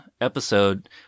episode